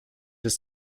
ist